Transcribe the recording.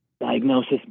diagnosis